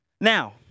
Now